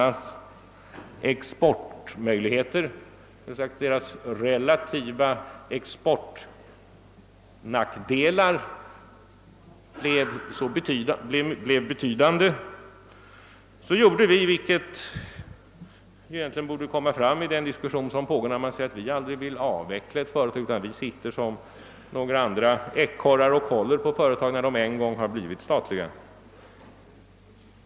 Det visade sig på 1960-talet att dessa gruvors relativa exportnackdelar blev betydande. Vad vi då gjorde bör faktiskt komma fram i diskussionen, eftersom han påstår att vi aldrig vill avveckla ett företag utan sitter som andra ekorrar och håller på företagen när de en gång har blivit statliga.